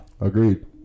Agreed